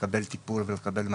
לקבל טיפול ולקבל מענה,